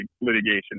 litigation